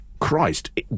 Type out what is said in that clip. christ